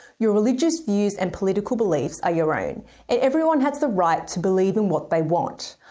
your religious views and political beliefs are your own and everyone has the right to believe in what they want.